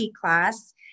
class